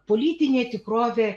politinė tikrovė